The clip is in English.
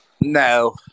No